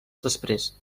després